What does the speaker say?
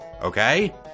okay